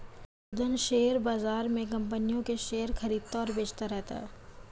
Kundan share बाज़ार में कम्पनियों के शेयर खरीदता और बेचता रहता है